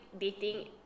dating